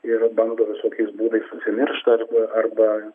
ir bando visokiais būdais užsimiršt arba arba